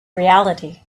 reality